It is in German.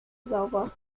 sauber